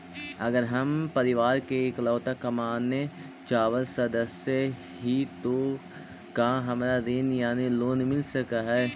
अगर हम परिवार के इकलौता कमाने चावल सदस्य ही तो का हमरा ऋण यानी लोन मिल सक हई?